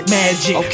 magic